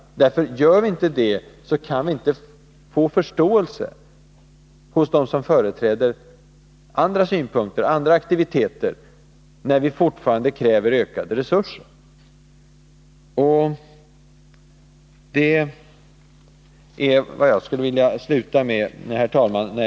Gör vi inte det kan vi inte vinna förståelse hos dem som företräder andra synpunkter och som talar för andra aktiviteter, när vi fortfarande kräver en ökning av resurserna. Herr talman!